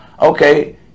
Okay